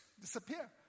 disappear